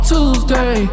Tuesday